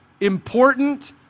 important